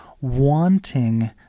wanting